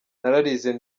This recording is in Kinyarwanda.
nararize